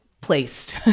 placed